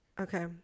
Okay